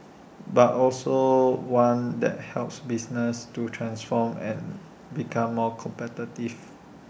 but also one that helps businesses to transform and become more competitive